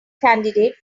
candidate